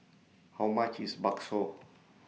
How much IS Bakso